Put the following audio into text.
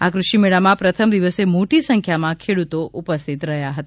આ કૃષિમેળામાં પ્રથમ દિવસે મોટી સંખ્યામાં ખેડૂતો ઉપસ્થિત રહ્યા હતા